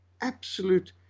absolute